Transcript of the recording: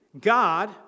God